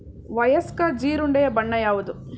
ವಯಸ್ಕ ಜೀರುಂಡೆಯ ಬಣ್ಣ ಯಾವುದು?